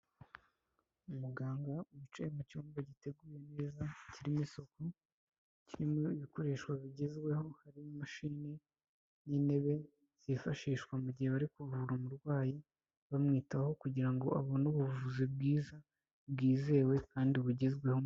Umuganga wicaye mu cyumba giteguye neza kirimo isuku, kirimo ibikoresho bigezweho. Harimo imashini n'intebe zifashishwa mu gihe barikuvura umurwayi, bamwitaho kugira ngo abone ubuvuzi bwiza bwizewe kandi bugezweho.